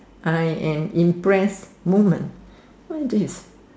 I am impressed moment what is this